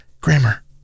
grammar